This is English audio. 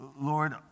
Lord